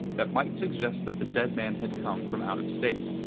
that might suggest that the dead man had come from out of state.